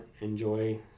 enjoy